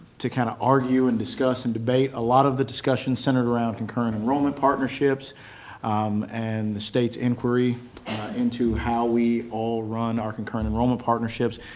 to kind of argue and discuss and debate. a lot of the discussion centered around concurrent enrollment partnerships and the state's inquiry into how we all run our concurrent enrollment partnerships,